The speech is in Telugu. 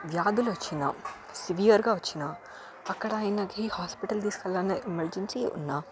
వ్యాధులు సివియర్గా వచ్చినా అక్కడ ఆయనకి హాస్పిటల్ తీసుకెళ్ళాలన్నా ఎమర్జెన్సీ ఉన్నా